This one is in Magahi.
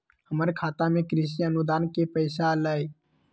हमर खाता में कृषि अनुदान के पैसा अलई?